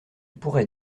pourrais